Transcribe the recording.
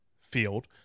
field